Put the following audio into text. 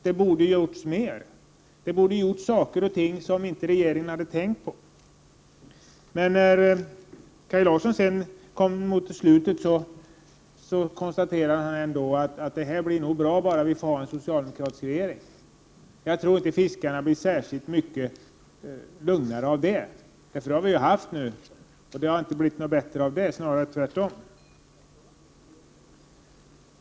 Det borde ha gjorts mer, och det borde ha gjorts saker och ting som regeringen inte har tänkt på. När Kaj Larsson kom till slutet av sitt anförande konstaterade han ändock att det nog blir bra bara vi får ha en socialdemokratisk regering. Jag tror inte att fiskarna blev särskilt mycket lugnare av det. Vi har ju en socialdemokratisk regering nu, och det har inte blivit bättre, snarare tvärtom.